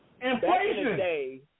Inflation